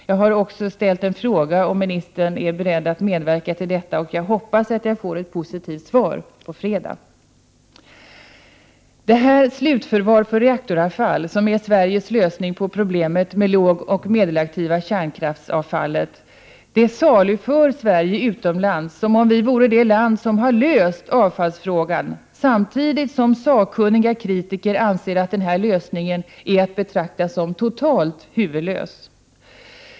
Jag har också ställt en fråga om miljöoch energiministern är beredd att medverka, och jag hoppas att jag får ett positivt svar på fredag. Slutförvar För Reaktoravfall, som är Sveriges lösning på problemet med det lågoch medelaktiva kärnkraftsavfallet, saluför Sverige utomlands som om Sverige vore det land som har löst avfallsfrågan, samtidigt som sakkunniga kritiker anser att denna lösning är att betrakta som totalt huvudlös.